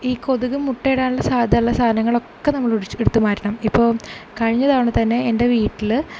ഈ കൊതുക് മുട്ടയിടാനുള്ള സാധ്യതയുള്ള സാധനങ്ങളൊക്കെ നമ്മൾ ഒഴിച്ച് എടുത്ത് മാറ്റണം ഇപ്പോൾ കഴിഞ്ഞ തവണ തന്നെ എന്റെ വീട്ടിൽ